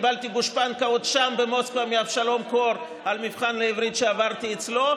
קיבלתי גושפנקה עוד שם במוסקבה מאבשלום קור על מבחן בעברית שעברתי אצלו,